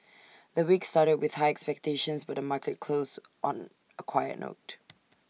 the week started with high expectations but the market closed on A quiet note